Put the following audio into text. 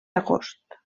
agost